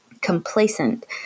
complacent